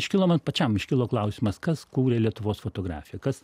iškilo man pačiam iškilo klausimas kas kūrė lietuvos fotografiją kas